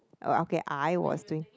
or okay I was doing